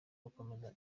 gukomeza